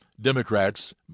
Democrats